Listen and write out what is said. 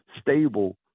stable